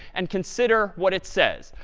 and consider what it says.